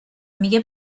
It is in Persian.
میگه